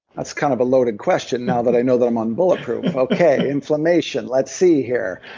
that's kind of a loaded question now that i know that i'm on bulletproof. okay inflammation, let's see here.